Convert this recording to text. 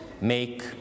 make